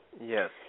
Yes